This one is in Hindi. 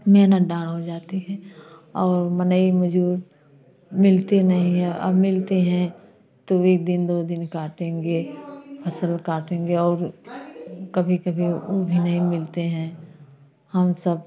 मेहनत डाण हो जाती है और मनई मजदूर मिलती नहीं है और मिलती है तो दिन दो दिन काटेंगे फसल काटेंगे और कभी कभी वो भी नहीं मिलते है हम सब